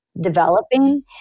developing